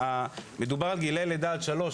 כי מדובר על גילאי לידה עד שלוש,